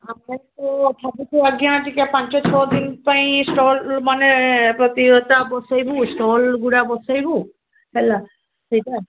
ଆମେ ତ ଭାବୁଛୁ ଆଜ୍ଞା ଟିକେ ପାଞ୍ଚ ଛଅ ଦିନ ପାଇଁ ଷ୍ଟଲ ମାନେ ପ୍ରତିହତା ବସାଇବୁ ଷ୍ଟଲ୍ ଗୁଡ଼ା ବସାଇବୁ ହେଲା ସେଇଟା